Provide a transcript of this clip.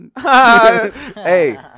Hey